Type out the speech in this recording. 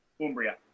Umbria